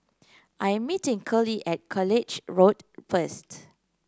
I am meeting Curley at College Road first